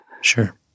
Sure